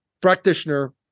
practitioner